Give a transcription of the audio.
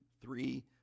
three